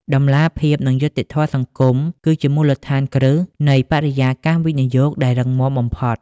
តម្លាភាព និងយុត្តិធម៌សង្គម គឺជាមូលដ្ឋានគ្រឹះនៃបរិយាកាសវិនិយោគដែលរឹងមាំបំផុត។